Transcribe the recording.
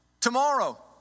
tomorrow